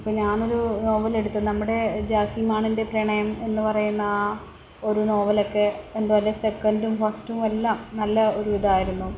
ഇപ്പം ഞാൻ ഒരു നോവൽ എടുത്തു നമ്മുടെ ജാസിമാണിൻ്റെ പ്രണയം എന്ന് പറയുന്ന ആ ഒരു നോവൽ ഒക്കെ എന്താ പറയുക സെക്കൻറ്റും ഫസ്റ്റും എല്ലാം നല്ല ഒരു ഇതായിരുന്നു